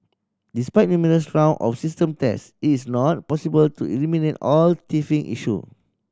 despite numerous round of system test it is not possible to eliminate all teething issue